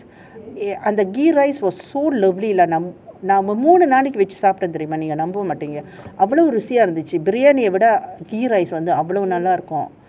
:அந்த:antha ghee rice was so lovely அத மூணு நாளக்கி வெச்சு சாப்புட்டேன் நீங்க சொன்ன நம்ப மாட்டீங்க அவளோ நல்லா இருக்கும்:atha moonu nalakki vechchu saapputten neenga ssonna nambamatteenga briyani விட:vida ghee rice அவ்ளோ நல்ல இருக்கும்:avlo nalla irukkum